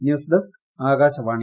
news desk Akashvani